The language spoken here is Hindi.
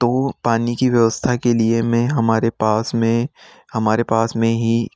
तो पानी की व्यवस्था के लिए में हमारे पास में हमारे पास में ही